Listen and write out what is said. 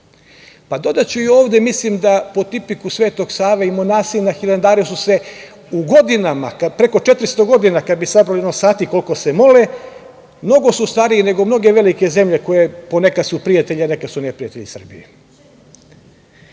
pa dodaću i ovde, mislim da po tipiku Svetog Save, i monasi na Hilandaru su preko 400 godina, kada bi sabrali sati koliko se mole, mnogo su stariji nego mnoge velike zemlje koje ponekad su prijatelji, a nekad su neprijatelji